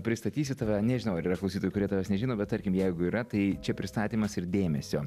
pristatysiu tave nežinau ar yra klausytojų kurie tavęs nežino bet tarkim jeigu yra tai čia pristatymas ir dėmesio